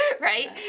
right